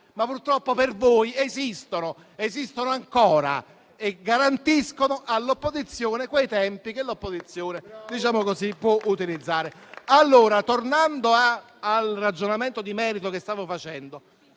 ma purtroppo per voi esistono, esistono ancora e garantiscono all'opposizione i tempi che può utilizzare. Tornando al ragionamento di merito che stavo facendo,